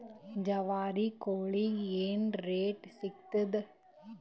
ಜವಾರಿ ಕೋಳಿಗಿ ಏನ್ ರೇಟ್ ಸಿಗ್ತದ?